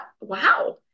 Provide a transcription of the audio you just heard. wow